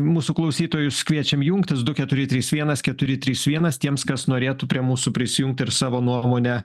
mūsų klausytojus kviečiam jungtis du keturi trys vienas keturi trys vienas tiems kas norėtų prie mūsų prisijungt ir savo nuomone